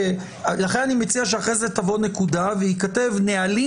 לכן אני מציע שאחרי זה תבוא נקודה וייכתב "נהלים